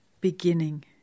Beginning